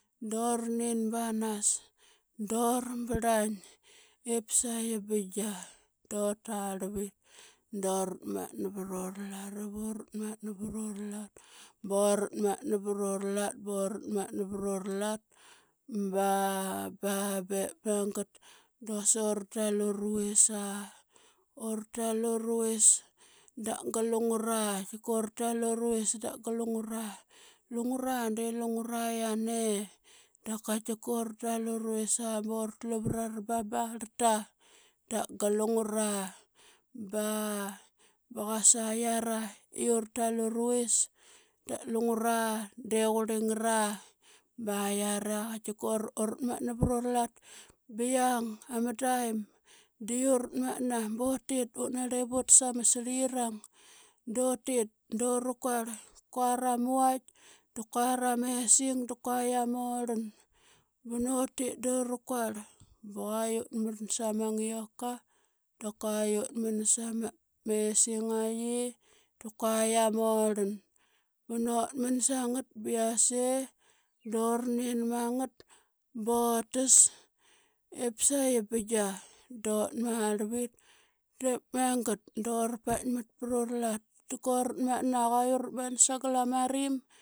Dura nin banas, dura banas, dura brlaing. Ip bigia dutarlvit duratmatna varorlat iv uratmatna varorlat boratmatna varorlat, boratmatna varorlat ba, ba bep magat da qasura tal uravis aa, ura tal uruvis da gal lungura. Tikutal uruvis da gal lungura, lungura de lungura yiane. Da katika ura tal uravis aa ba ura tlu vrara ba ma barlta. Da gal lungura ba qasa yiar i urutal uruvis da lungura de qurli ngara ba yiare qaitka ura, uratmatna vra ralat ba yiang ama taim de uratmatna butit. Utnarlip utas ama srliyirang dutit dura kuarl kua ra ma vaitk da kua yia mesing da kua yama orlan. Ba utit dura kural ba qua utman sa ma ngioka da kua utman sma amesinggaqi, kua yiam movlan. Nan otman sa ngat ba yase dura nin mangat botas ip sa qi bigia. Dut marlvit diip magat dura paikmat pru ralat, tikuratmatna i qua uratmatna sagal ama rim.